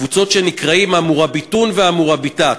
קבוצות שנקראות ה"מֻראבִּטון" וה"מֻראבִּטאת",